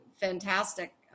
fantastic